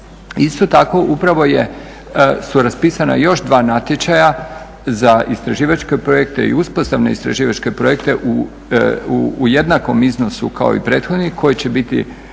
Isto tako upravo su raspisana još dva natječaja za istraživačke projekte i uspostavne istraživačke projekte u jednakom iznosu kao i prethodni koji će biti